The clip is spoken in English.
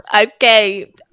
Okay